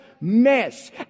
mess